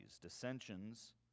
dissensions